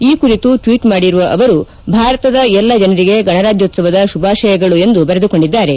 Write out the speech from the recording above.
ಈ ಕುರಿತು ಟ್ವೀಟ್ ಮಾಡಿರುವ ಅವರು ಭಾರತದ ಎಲ್ಲ ಜನರಿಗೆ ಗಣರಾಜ್ಯೋತ್ಸವದ ಶುಭಾಶಯಗಳು ಎಂದು ಬರೆದುಕೊಂಡಿದ್ದಾರೆ